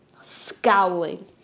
scowling